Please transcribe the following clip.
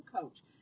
coach